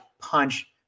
PUNCH